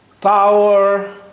tower